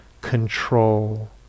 control